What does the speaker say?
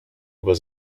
was